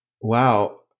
Wow